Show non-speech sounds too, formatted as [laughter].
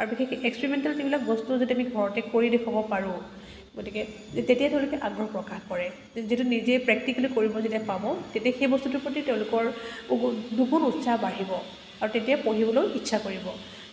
আৰু বিশেষেকৈ এক্সপিৰিমেণ্টেল যিবিলাক বস্তু যদি আমি ঘৰতে কৰি দেখাব পাৰোঁ গতিকে তেতিয়া তেওঁলোকে আগ্ৰহ প্ৰকাশ কৰে যিটো নিজে প্ৰেকটিকেলি কৰিব যেতিয়া পাব তেতিয়া সেই বস্তুটোৰ প্ৰতি তেওঁলোকৰ [unintelligible] দুগুণ উৎসাহ বাঢ়িব আৰু তেতিয়া পঢ়িবলৈও ইচ্ছা কৰিব